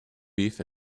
beef